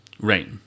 right